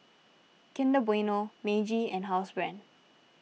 Kinder Bueno Meiji and Housebrand